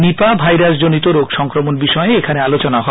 নিপা ভাইরাসজনিত রোগ সংক্রমণ বিষয়ে এখানে আলোচনা হয়